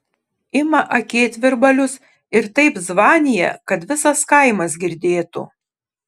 ima akėtvirbalius ir taip zvanija kad visas kaimas girdėtų